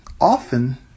often